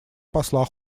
посла